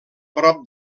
prop